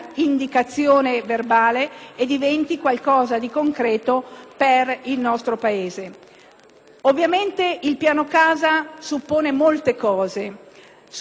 Ovviamente il Piano casa suppone molte cose, innanzitutto che venga ridata centralità agli enti locali. Noi non siamo per un Piano casa